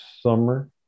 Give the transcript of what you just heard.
summer